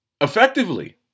Effectively